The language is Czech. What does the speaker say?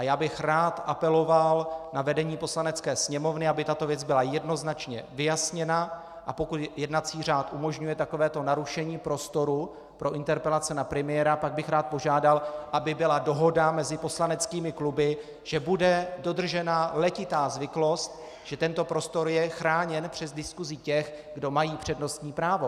Já bych rád apeloval na vedení Poslanecké sněmovny, aby tato věc byla jednoznačně vyjasněna, a pokud jednací řád umožňuje takovéto narušení prostoru pro interpelace na premiéra, pak bych rád požádal, aby byla dohoda mezi poslaneckými kluby, že bude dodržena letitá zvyklost, že tento prostor je chráněn před diskusí těch, kdo mají přednostní právo.